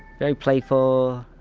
very playful.